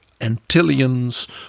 Antillians